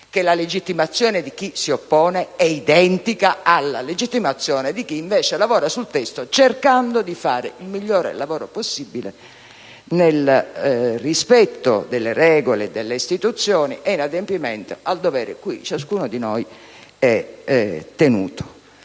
che la legittimazione di chi si oppone è identica alla legittimazione di chi invece lavora sul testo, cercando di fare il miglior lavoro possibile, nel rispetto delle regole e delle istituzioni e in adempimento del dovere cui ciascuno di noi è tenuto.